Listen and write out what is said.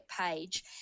page